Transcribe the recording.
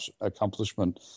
accomplishment